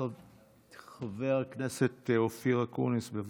חבר הכנסת אופיר אקוניס, בבקשה.